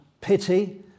pity